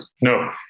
No